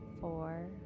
four